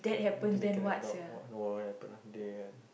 between a cat and dog !wah! no won't happen ah day end